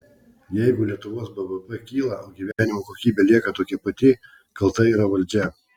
jeigu lietuvos bvp kyla o gyvenimo kokybė lieka tokia pati kalta yra valdžia